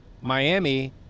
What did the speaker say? Miami